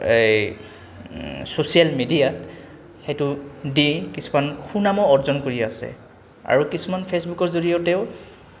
এই ছ'চিয়েল মিডিয়াত সেইটো দি কিছুমান সুনামো অৰ্জন কৰি আছে আৰু কিছুমান ফে'চবুকৰ জৰিয়তেও